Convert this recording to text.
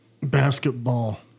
Basketball